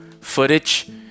footage